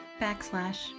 backslash